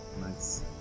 Nice